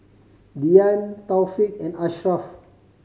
Dian Taufik and Ashraf